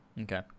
Okay